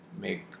make